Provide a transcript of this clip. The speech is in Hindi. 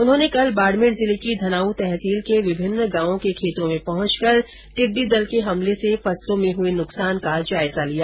उन्होंने कल बाडमेर जिले की धनाऊ तहसील के विभिन्न गांवों के खेतों में पहुंचकर टिड्डी दल के हमले से फसलों में हुए नुकसान का जायजा लिया